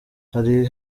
hari